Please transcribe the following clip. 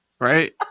Right